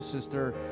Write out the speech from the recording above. Sister